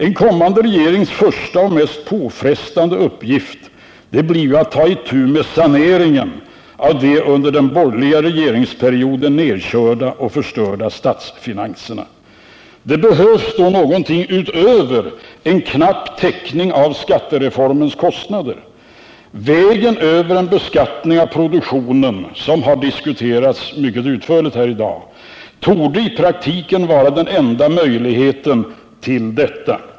En kommande regerings första och mest påfrestande uppgift blir att ta itu med saneringen av de under den borgerliga regeringsperioden nedkörda och förstörda statsfinanserna. Det behövs då någonting utöver en knapp täckning av skattereformens kostnader. Vägen över en beskattning av produktionen, som i dag har diskuterats mycket utförligt, torde i praktiken vara den enda möjliga för detta.